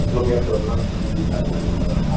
it will be up to the furniture manufacturers whether